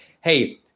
hey